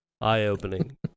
eye-opening